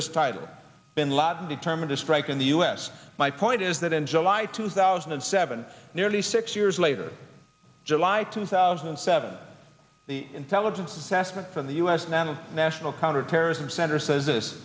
this title bin ladin determined to strike in the us my point is that in july two thousand and seven nearly six years later july two thousand and seven the intelligence assessment from the us national national counterterrorism center says this